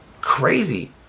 Crazy